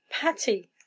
Patty